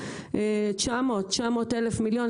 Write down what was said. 900 אלף- מיליון,